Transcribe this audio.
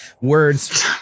words